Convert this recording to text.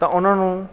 ਤਾਂ ਉਨ੍ਹਾਂ ਨੂੰ